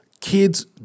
kids